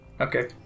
okay